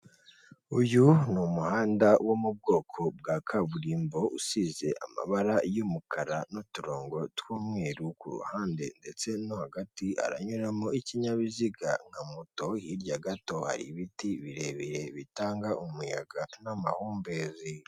Uyu ni umuhanda wo mu bwoko bwa kaburimbo, usize amabara y'umukara n'uturongo tw'umweru, ku ruhande ndetse no hagati haranyuramo ikinyabiziga nka moto, hirya gato hari ibiti birebire bitanga umuyaga n'amahumbezi.